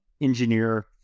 engineer